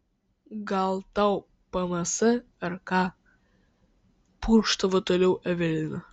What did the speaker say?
gal tau pms ar ką purkštavo toliau evelina